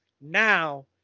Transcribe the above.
now